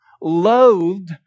loathed